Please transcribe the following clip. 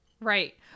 Right